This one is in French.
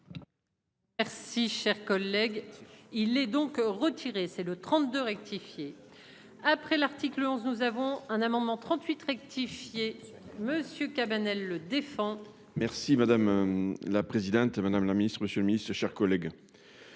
Merci cher collègue. Il est donc retiré, c'est le 32 rectifié. Après l'article 11, nous avons un amendement 38 rectifié monsieur Cabanel le défend. Merci madame. La présidente Madame la Ministre, Monsieur le Ministre, chers collègues.